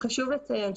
חשוב לציין,